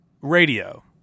radio